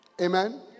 Amen